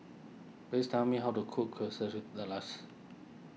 please tell me how to cook Quesadillas